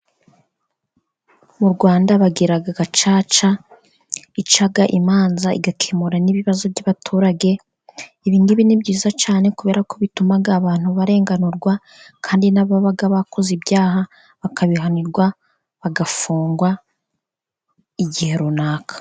Mu Rwanda bagira gacaca ica imanza, igakemura n'ibibazo by'abaturage, ibingibi ni byiza cyane kubera ko bituma abantu barenganurwa, kandi n'ababa bakoze ibyaha bakabihanirwa, bagafungwa igihe runaka.